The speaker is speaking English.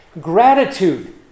gratitude